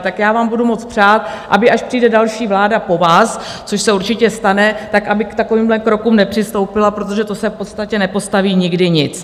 Tak vám budu moc přát, aby až přijde další vláda po vás, což se určitě stane, aby k takovýmhle krokům nepřistoupila, protože to se v podstatě nepostaví nikdy nic.